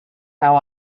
how